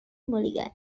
mulligan